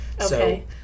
Okay